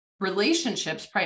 relationships